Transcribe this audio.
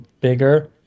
bigger